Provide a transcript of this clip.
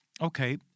Okay